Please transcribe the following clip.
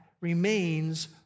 remains